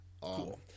Cool